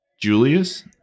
Julius